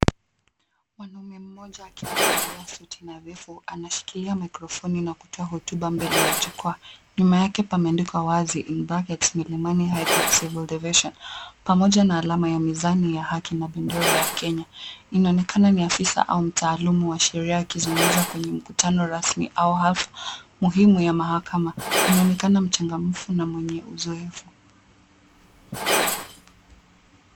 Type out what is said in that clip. Mwanamume mmoja akiwa amevalia suti nadhifu, anashikilia microphoni na kutoa hotuba mbele ya jukwaa, nyuma yake pameandikwa wazi in brackets Milimani High Court -Civil Division pamoja na alama ya mizani ya haki na bendera ya Kenya, inaonekana ni afisa au mtaalamu wa sheria akizungumza kwenye mkutano rasmi au hafula muhimu ya mahakama, anaonekana mchangamfu na mwenye uzoefu.